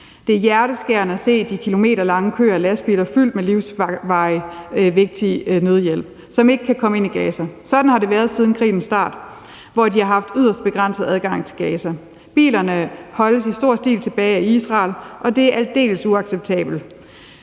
Det er hjerteskærende at se de kilometerlange køer af lastbiler fyldt med livsvigtig nødhjælp, som ikke kan komme ind i Gaza. Sådan har det været siden krigens start, hvor de har haft yderst begrænset adgang til Gaza. Bilerne holdes i stor stil tilbage af Israel, og det er aldeles uacceptabelt.